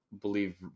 believe